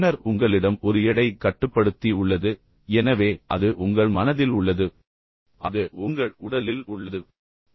பின்னர் உங்களிடம் ஒரு எடை கட்டுப்படுத்தி உள்ளது எனவே அது உங்கள் மனதில் உள்ளது அது உங்கள் உடலில் உள்ளது அது உங்கள் ஆன்மாவில் உள்ளது